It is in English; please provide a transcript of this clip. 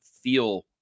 feel